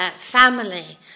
family